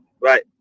Right